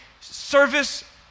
service